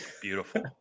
Beautiful